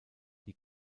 die